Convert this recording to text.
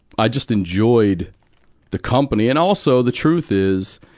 i just enjoyed the company. and also, the truth is,